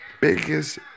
biggest